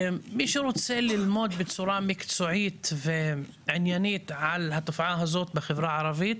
מי שרוצה ללמוד בצורה מקצועית ועניינית על התופעה הזאת בחברה הערבית,